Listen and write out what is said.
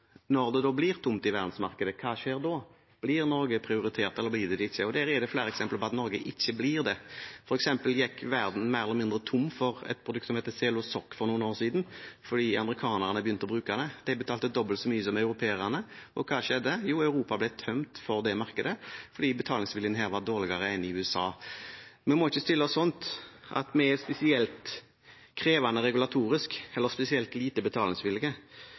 Når det blir tomt på verdensmarkedet, hva skjer da? Blir Norge prioritert, eller blir det det ikke? Det er flere eksempler på at Norge ikke blir det. For eksempel gikk verden for noen år siden mer eller mindre tom for et produkt som heter Selo-Zok, fordi amerikanerne begynte å bruke det. De betalte dobbelt så mye som europeerne. Hva skjedde? Jo, markedet i Europa ble tømt for det , fordi betalingsviljen her var dårligere enn i USA. Vi må ikke stille oss slik at vi er spesielt krevende regulatorisk eller spesielt lite